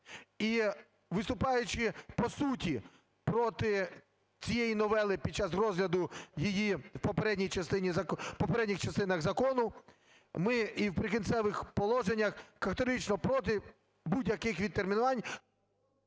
І виступаючи по суті проти цієї новели під час розгляду її в попередній частині… в попередніх частинах закону, ми і в "Прикінцевих положеннях" категорично проти будь-яких відтермінувань…